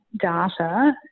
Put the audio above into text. data